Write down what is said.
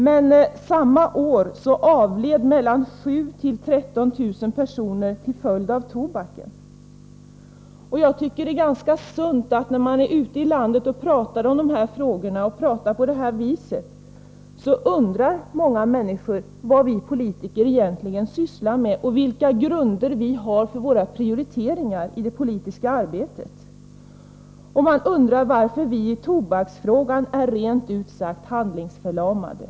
Men samma år avled mellan 7 000 och 13 000 personer till följd av tobaken. När man är ute i landet och talar om de här frågorna och talar på det här viset, tycker jag att det är sunt när många människor undrar vad vi politiker egentligen sysslar med och vilka grunder vi har för våra prioriteringar i det politiska arbetet och varför vi i tobaksfrågan är rent ut sagt handlingsförlamade.